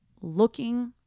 looking